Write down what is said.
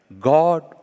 God